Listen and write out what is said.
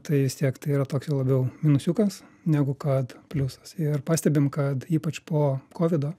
tai vis tiek tai yra toks labiau minusiukas negu kad pliusas ir pastebim kad ypač po kovido